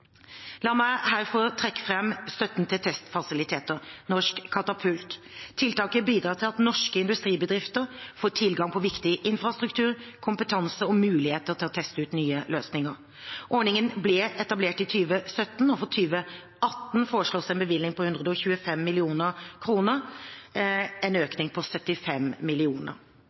La meg her få trekke fram støtten til testfasiliteter, Norsk katapult. Tiltaket bidrar til at norske industribedrifter får tilgang til viktig infrastruktur, kompetanse og muligheter til å teste ut nye løsninger. Ordningen ble etablert i 2017, og for 2018 foreslås det en bevilgning på 125 mill. kr, en økning på 75